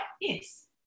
Yes